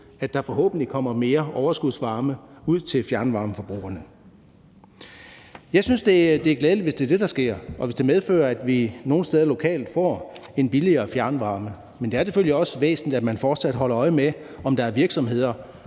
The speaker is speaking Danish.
at der forhåbentlig kommer mere overskudsvarme ud til fjernvarmeforbrugerne. Jeg synes, det er glædeligt, hvis det er det, der sker, og hvis det medfører, at vi nogle steder lokalt får en billigere fjernvarme, men det er selvfølgelig også væsentligt, at man fortsat holder øje med, om der er virksomheder,